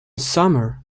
summer